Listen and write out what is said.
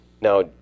Now